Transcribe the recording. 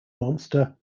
monster